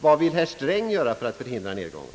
Vad vill herr Sträng göra för att förhindra nedgången?